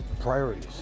priorities